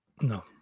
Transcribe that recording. No